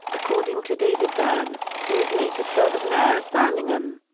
according to david vann, who would later serve as mayor of birmingham.